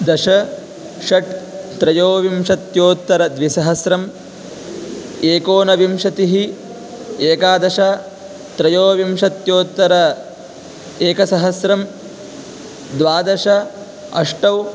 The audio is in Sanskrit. दश षट् त्रयोविंशत्युत्तरद्विसहस्रम् एकोनविंशतिः एकादश त्रयोदिंशत्युत्तर एकसहस्रं द्वादश अष्टौ